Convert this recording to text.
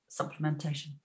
supplementation